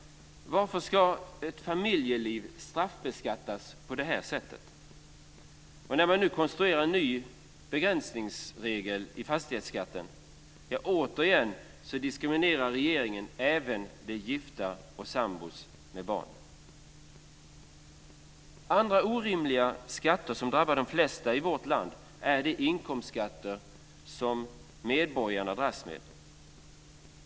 Varför ska ett familjeliv straffbeskattas på det här sättet? När man nu konstruerar en ny begränsningsregel i fastighetsskatten så diskriminerar regeringen återigen även de gifta och samborna med barn. Andra orimliga skatter som drabbar de flesta i vårt land är de inkomstskatter som medborgarna dras med.